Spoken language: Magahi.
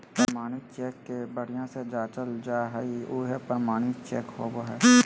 प्रमाणित चेक के बढ़िया से जाँचल जा हइ उहे प्रमाणित चेक होबो हइ